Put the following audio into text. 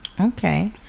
Okay